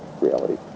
reality